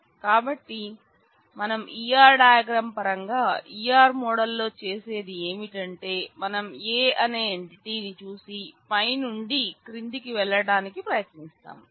కాబట్టిమనం ER diagram పరంగా ER model లో చేసేది ఏమిటంటే మనం A అనే ఎంటిటీని చూసి పై నుండి క్రిందికి వెళ్ళటానికి ప్రయత్నిస్తాము